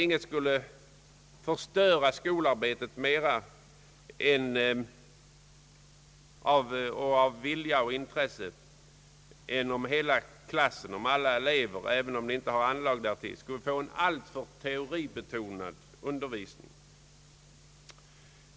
Ingenting skulle förstöra mera av viljan och intresset för skolarbetet än om alla elever, även de som inte har anlag därtill, skulle få en alltför teoribetonad undervisning.